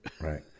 Right